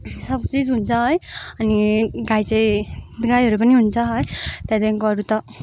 सब चिज हुन्छ है अनि गाई चाहिँ गाईहरू पनि हुन्छ है त्यहाँदेखिको अरू त